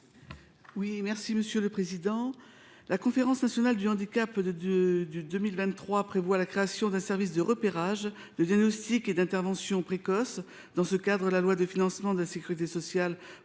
l’amendement n° 509 rectifié. La Conférence nationale du handicap de 2023 prévoit la création d’un service de repérage, de diagnostic et d’intervention précoce. Dans ce cadre, la loi de financement de la sécurité sociale